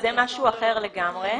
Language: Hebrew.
זה משהו אחר לגמרי.